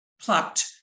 plucked